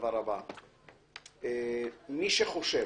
מי שחושב